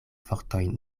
fortoj